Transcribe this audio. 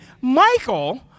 Michael